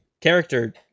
character